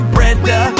Brenda